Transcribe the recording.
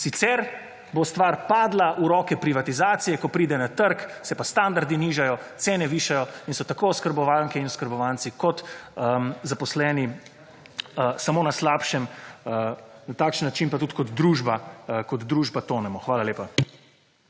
Sicer, bo stvar padla v roke privatizacije, ko pride na trg, se pa standardi nižajo, cene višajo in so tako oskrbovanke in oskrbovanci, kot zaposleni, samo na slabšem, na takšen način pa tudi kot družba, tonemo. Hvala lepa.